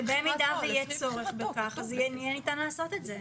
במידה שיהיה צורך בכך, יהיה ניתן לעשות את זה.